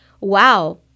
wow